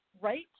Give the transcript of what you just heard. Right